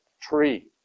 tree